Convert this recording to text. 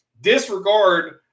disregard